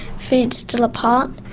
feet still apart,